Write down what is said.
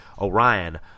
Orion